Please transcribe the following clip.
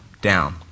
down